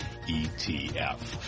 ETF